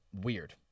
weird